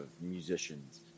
musicians